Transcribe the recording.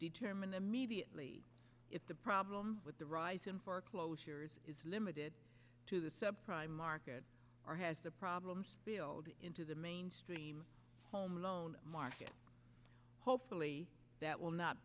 determine immediately if the problem with the rise in foreclosures is limited to the subprime market or has the problems build into the mainstream home loan market hopefully that will not